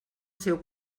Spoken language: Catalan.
seu